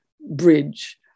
bridge